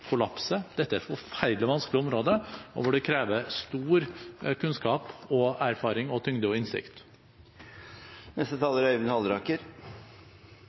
kollapser? Dette er et forferdelig vanskelig område, hvor det kreves stor kunnskap, erfaring, tyngde og